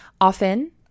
often